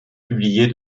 publiées